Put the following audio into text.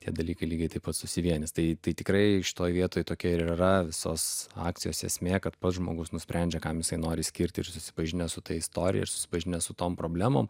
tie dalykai lygiai taip pat susivienys tai tikrai šitoje vietoj tokia yra visos akcijos esmė kad pats žmogus nusprendžia kam jisai nori skirti ir susipažinęs su ta istorija ir susipažinęs su tom problemom